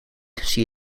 zie